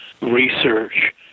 research